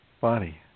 Body